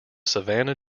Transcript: savannah